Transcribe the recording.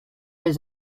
has